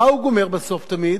מה הוא גומר בסוף תמיד?